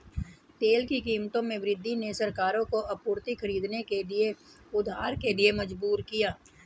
तेल की कीमतों में वृद्धि ने सरकारों को आपूर्ति खरीदने के लिए उधार के लिए मजबूर किया